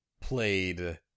played